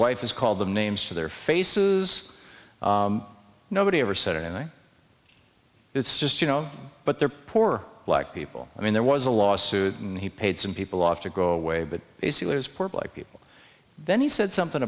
wife is called them names to their faces nobody ever said and it's just you know but they're poor black people i mean there was a lawsuit and he paid some people off to go away but basically his poor black people then he said something